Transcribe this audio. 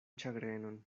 ĉagrenon